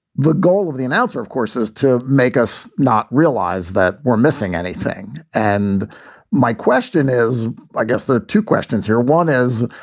the goal of the announcer, of course, is to make us not realize that we're missing anything. and my question is, i guess there are two questions here. one is,